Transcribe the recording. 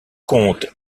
contes